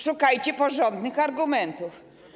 Szukajcie porządnych argumentów.